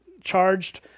charged